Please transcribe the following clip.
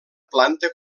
planta